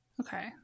okay